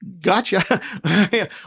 gotcha